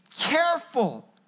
careful